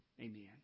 Amen